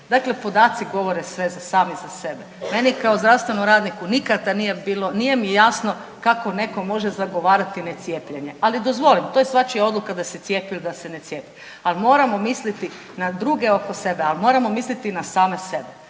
Dakle, podaci govore sve sami za sebe. Meni kao zdravstvenom radniku nikada nije bilo, nije mi jasno kako netko može zagovarati necijepljenje. Ali dozvolim, to je svačija odluka da se cijepi ili ne cijepi. Ali moramo misliti na druge oko sebe, ali moramo misliti i na same sebe.